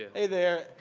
hey there.